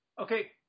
Okay